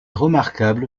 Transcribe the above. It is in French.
remarquable